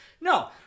No